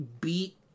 beat